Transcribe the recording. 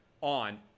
on